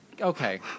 Okay